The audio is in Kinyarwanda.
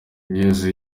yesu